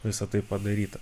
visa tai padaryta